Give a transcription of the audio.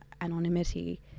anonymity